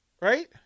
Right